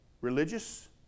religious